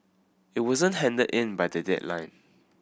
it wasn't handed in by the deadline